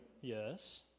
Yes